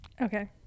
Okay